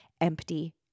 empty